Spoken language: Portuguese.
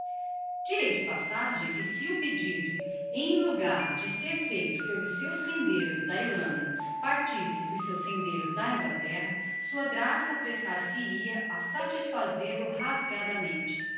de passagem que se o pedido em logar de ser feito pelos seus rendeiros da irlanda partisse dos seus rendeiros da inglaterra sua graça apressar se hia a satisfazel o rasgadamente